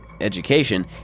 Education